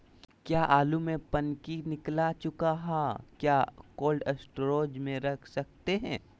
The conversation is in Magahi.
क्या आलु में पनकी निकला चुका हा क्या कोल्ड स्टोरेज में रख सकते हैं?